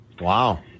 Wow